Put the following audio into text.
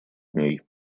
дней